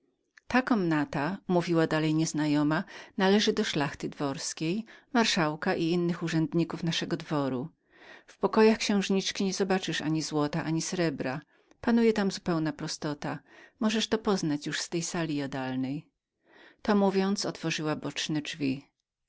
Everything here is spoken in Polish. ta komnata mówiła dalej młoda nieznajoma należy do szlachty dworskiej marszałka i innych urzędników naszego dworu w pokojach księżniczki nie zobaczysz ani złota ani srebra tam panuje zupełna prostota możesz to poznać już z tej sali jadalnej to mówiąc otworzyła boczne drzwi